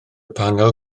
panel